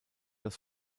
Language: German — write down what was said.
das